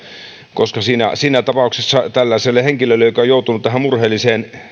koska siinä siinä tapauksessa tällaiselle henkilölle joka on joutunut tähän murheelliseen